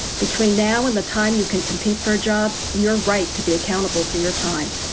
between now and the time you can compete for a job, you're right to be accountable for your time.